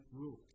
rule